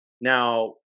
Now